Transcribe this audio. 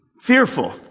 fearful